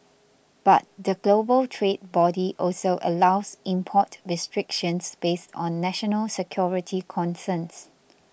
but the global trade body also allows import restrictions based on national security concerns